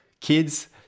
Kids